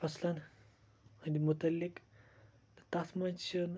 فصلَن ہٕنٛدۍ متعلق تہٕ تَتھ منٛز چھِنہٕ